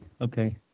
Okay